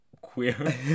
queer